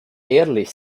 ehrlich